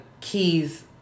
Key's